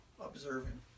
observing